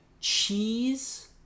Cheese